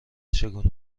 چگونه